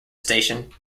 station